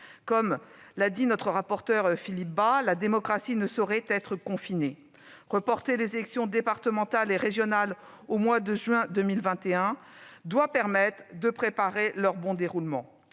Comme l'a dit notre rapporteur Philippe Bas, « la démocratie ne saurait être confinée ». Reporter les élections départementales et régionales au mois de juin 2021 doit permettre de préparer leur bon déroulement.